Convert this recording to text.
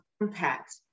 impact